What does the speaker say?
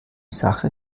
sache